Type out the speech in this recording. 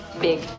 Big